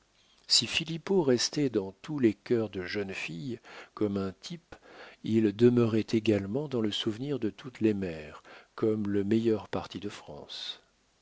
si filippo restait dans tous les cœurs de jeunes filles comme un type il demeurait également dans le souvenir de toutes les mères comme le meilleur parti de france